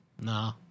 nah